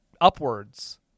upwards